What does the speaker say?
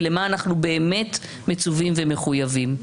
ולמה אנחנו באמת מצווים ומחויבים.